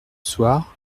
soir